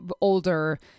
older